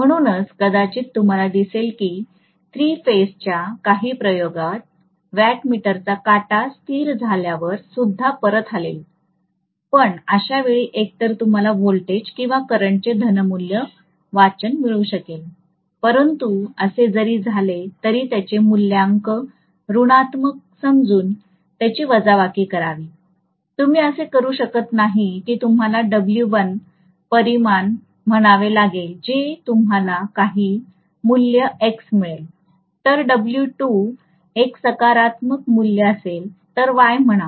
म्हणूनच कदाचित तुम्हाला दिसेल की थ्री फेज च्या काही प्रयोगात वॅट मीटर चा काटा स्थिर झाल्यावर सुद्धा परत हलेल तर अशा वेळी एकतर तुम्हाला व्होल्टेज किंवा करंट चे धनमूल्य वाचन मिळू शकेल परंतु असे जरी झाले तरी त्याचे मूल्यांक ऋणात्मक समजून त्याची वजाबाकी करावी तुम्ही असे करू शकत नाही की तुम्हाला डब्ल्यू 1 परिमाण म्हणावे लागेल जे तुम्हाला काही मूल्य X मिळेल तर डब्ल्यू 2 एक सकारात्मक मूल्य असेल तर Y म्हणा